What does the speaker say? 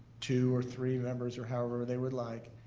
two or three members or however they would like.